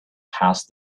past